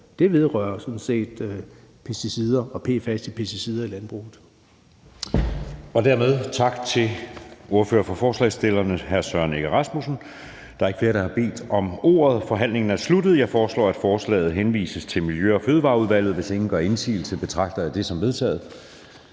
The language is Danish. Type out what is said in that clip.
set pesticider og PFAS i pesticider i landbruget.